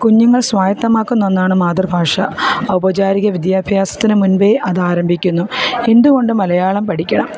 കുഞ്ഞുങ്ങൾ സ്വായത്തമാക്കുന്ന ഒന്നാണ് മാതൃഭാഷ ഔപചാരിക വിദ്യാഭ്യാസത്തിന് മുൻപേ അത് ആരംഭിക്കുന്നു എന്തുകൊണ്ടും മലയാളം പഠിക്കണം